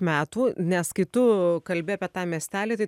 metų nes kai tu kalbi apie tą miestelį tai